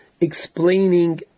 explaining